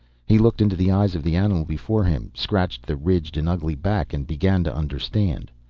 he looked into the eyes of the animal before him, scratched the ridged and ugly back, and began to understand.